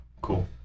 Cool